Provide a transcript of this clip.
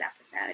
episode